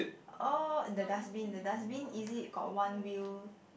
orh the dustbin the dustbin is it got one wheel